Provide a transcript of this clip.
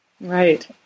Right